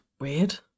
weird